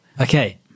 Okay